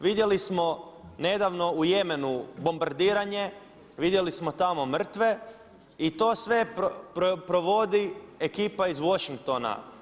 Vidjeli smo nedavno u Jemenu bombardiranje, vidjeli smo tamo mrtve i to sve provodi ekipa iz Washingtona.